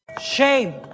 Shame